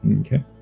Okay